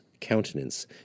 countenance